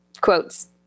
quotes